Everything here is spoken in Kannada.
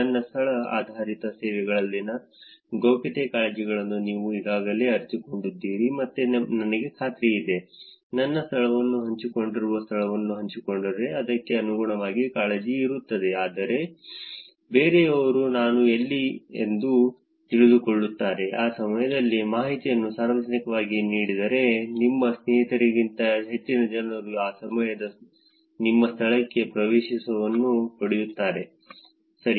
ನನ್ನಸ್ಥಳ ಆಧಾರಿತ ಸೇವೆಗಳಲ್ಲಿನ ಗೌಪ್ಯತೆ ಕಾಳಜಿಗಳನ್ನು ನೀವು ಈಗಾಗಲೇ ಅರಿತುಕೊಂಡಿದ್ದೀರಿ ಎಂದು ನನಗೆ ಖಾತ್ರಿಯಿದೆ ನನ್ನ ಸ್ಥಳವನ್ನು ಹಂಚಿಕೊಂಡಿರುವ ಸ್ಥಳವನ್ನು ಹಂಚಿಕೊಂಡರೆ ಅದಕ್ಕೆ ಅನುಗುಣವಾಗಿ ಕಾಳಜಿ ಇರುತ್ತದೆ ಅಂದರೆ ಬೇರೆಯವರು ನಾನು ಎಲ್ಲಿ ಎಂದು ತಿಳಿದುಕೊಳ್ಳುತ್ತಾರೆ ಆ ಸಮಯದಲ್ಲಿ ಮಾಹಿತಿಯನ್ನು ಸಾರ್ವಜನಿಕವಾಗಿ ನೀಡಿದರೆ ನಿಮ್ಮ ಸ್ನೇಹಿತರಿಗಿಂತ ಹೆಚ್ಚಿನ ಜನರು ಆ ಸಮಯದಲ್ಲಿ ನಿಮ್ಮ ಸ್ಥಳಕ್ಕೆ ಪ್ರವೇಶವನ್ನು ಪಡೆಯುತ್ತಾರೆ ಸರಿ